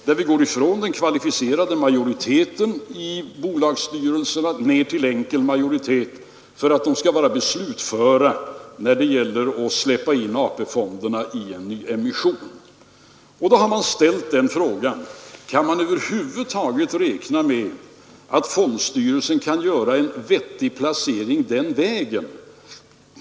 där vi går ifrån den kvalificerade majoriteten i bolagsstyrelserna ner till enkel majoritet för att de skall vara beslutföra när det gäller att släppa in AP-fonderna i nyemission. Man har då ställt frågan: Kan man över huvud taget räkna med att fondstyrelsen kan göra en vettig placering den vägen?